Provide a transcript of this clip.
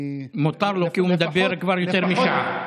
מותר לו, כי הוא מדבר כבר יותר משעה.